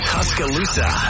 Tuscaloosa